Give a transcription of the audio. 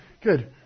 good